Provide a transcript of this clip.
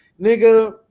nigga